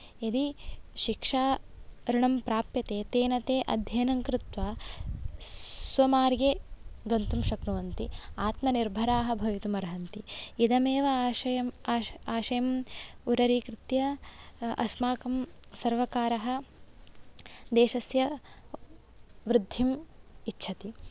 यदि शिक्षा ऋणं प्राप्यते तेन ते अध्ययनं कृत्वा स्वमार्गे गन्तुं शक्नुवन्ति आत्मनिर्भराः भवितुम् अर्हन्ति इदमेव आशयं आशयम् उररीकृत्य अस्माकं सर्वकारः देशस्य वृद्धिम् इच्छति